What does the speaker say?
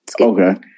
Okay